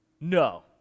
No